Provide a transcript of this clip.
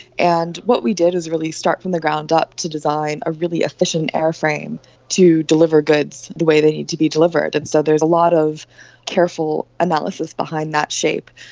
and what we did was really start from the ground up to design a really efficient airframe to deliver goods the way they need to be delivered. and so there's a lot of careful analysis behind that shape.